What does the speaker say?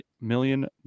million